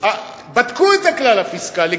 בדקו את הכלל הפיסקלי.